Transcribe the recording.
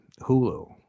Hulu